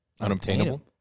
unobtainable